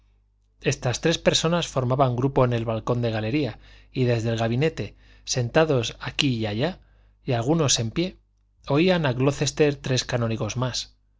estas tres personas formaban grupo en el balcón de galería y desde el gabinete sentados aquí y allá y algunos en pie oían a glocester tres canónigos más